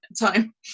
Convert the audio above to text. time